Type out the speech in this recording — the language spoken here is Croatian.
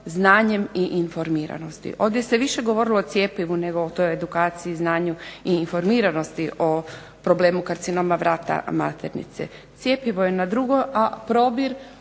znanjem i informiranosti. Ovdje se više govorilo o cjepivu nego o toj edukaciji, znanju i informiranosti o problemu karcinoma vrata maternice. Cjepivo je na drugom, a probir,